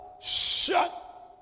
shut